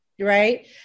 right